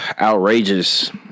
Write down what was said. outrageous